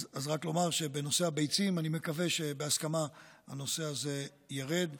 אז רק אומר שבנושא הביצים אני מקווה שבהסכמה הנושא הזה ירד,